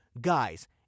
guys